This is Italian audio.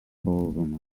forum